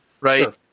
right